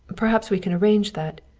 perhaps we can arrange that.